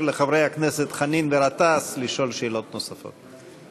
לחברי הכנסת חנין וגטאס לשאול שאלות נוספות.